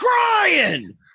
crying